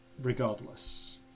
regardless